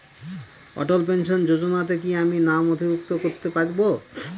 অটল pension যোজনাতে কি আমি নাম নথিভুক্ত করতে পারবো?